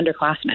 underclassmen